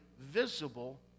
visible